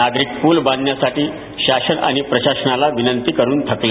नागरिक पूल बांधण्यासाठी शासन आणि प्रशासनाला विनंती करुन थकले